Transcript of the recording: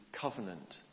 Covenant